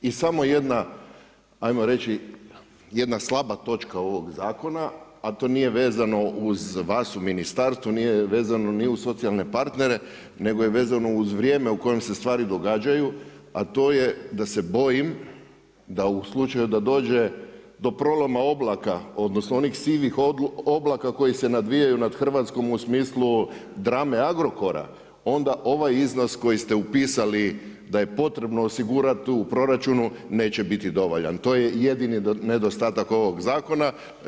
I samo jedna, ajmo reći, jedna slaba točka ovog zakona, a to nije vezano uz vas u ministarstvu, nije vezano ni uz socijalne partnere, nego je vezano uz vrijeme u kojem se stvari događaju, a to je da se bojim da u slučaju da dođe do proloma oblaka odnosno onih sivih oblaka koji se nadvijaju nad Hrvatskom u smislu drame Agrokora, onda ovaj iznos koji ste upisali da je potrebno osigurati u proračunu, neće biti dovoljan, to je jedini nedostatak ovog zakona.